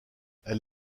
elle